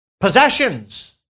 Possessions